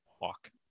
walk